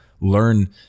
learn